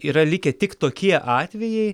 yra likę tik tokie atvejai